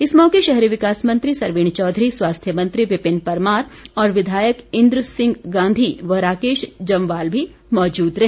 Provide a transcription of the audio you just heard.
इस मौके शहरी विकास मंत्री सरवीण चौधरी स्वास्थ्य मंत्री विपिन परमार और विधायक इन्द्र सिंह गांधी व राकेश जमवाल मी मौजूद रहे